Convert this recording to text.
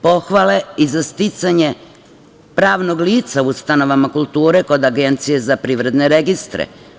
Pohvale i za sticanje pravnog lica u ustanovama kulture kod Agencije za privredne registre.